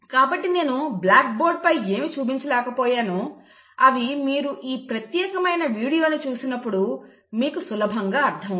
కాబట్టి నేను బ్లాక్బోర్డ్ పై ఏమి చూపించ లేకపోయానో అవి మీరు ఈ ప్రత్యేకమైన వీడియోను చూసినప్పుడు మీకు సులభంగా అర్థమవుతాయి